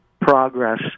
progress